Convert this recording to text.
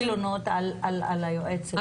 יש תלונות על היועצת המשפטית.